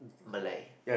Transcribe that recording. Malay